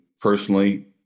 personally